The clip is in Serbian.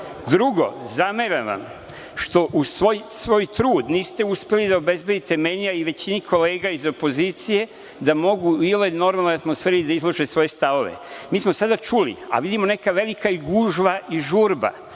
minuta. Drugo, zameram vam što, uz sav svoj trud, niste uspeli da obezbedite meni, a i većini kolega iz opozicije da mogu iole u normalnoj atmosferi da izlože svoje stavove. Mi smo sada čuli, a vidimo neka velika je gužva i žurba,